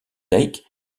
dijk